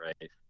right